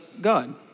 God